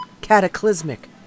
cataclysmic